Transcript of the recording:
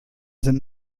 sind